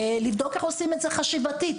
לבדוק איך עושים את זה, חשיבתית.